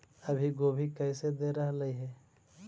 अभी गोभी कैसे दे रहलई हे?